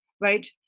right